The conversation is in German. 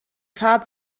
fahrt